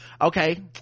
Okay